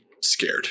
scared